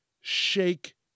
shake